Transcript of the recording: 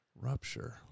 Rupture